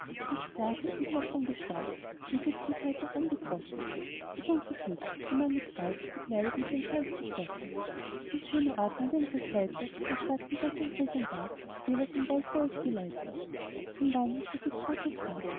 nie sklaven edler von gestalt von wuchs und haltung angetroffen so bunt geschmückt so mannigfalt bekleidet mit den feinsten stoffen in schöner ordnung denn zur seite den schwarzen beckenträgern war jeweils ein weißer als geleite hinwandelten sie